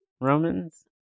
Romans